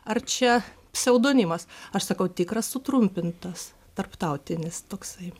ar čia pseudonimas aš sakau tikras sutrumpintas tarptautinis toksai